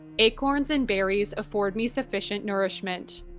acorns and berries afford me sufficient nourishment.